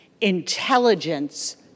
intelligence